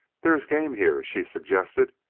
there is game here, she suggested,